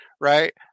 right